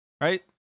right